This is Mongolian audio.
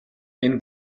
энэ